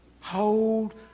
Hold